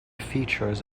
features